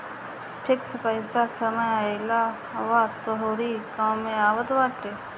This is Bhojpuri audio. फिक्स पईसा समय आईला पअ तोहरी कामे आवत बाटे